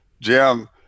Jim